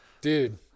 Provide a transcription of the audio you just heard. dude